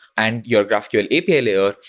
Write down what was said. and your graphql api layer,